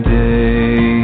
day